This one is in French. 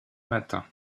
matin